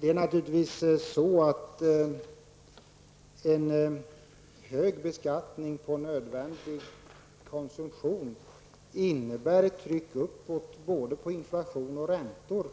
Herr talman! En hög beskattning på nödvändig konsumtion innebär naturligtvis ett tryck uppåt både på inflation och på räntor.